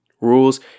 Rules